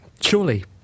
surely